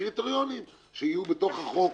קריטריונים שיהיו בתוך החוק,